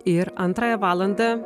ir antrąją valandą